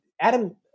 Adam